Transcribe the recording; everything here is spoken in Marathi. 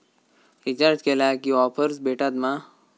रिचार्ज केला की ऑफर्स भेटात मा?